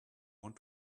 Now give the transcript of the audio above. want